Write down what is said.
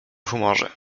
humorze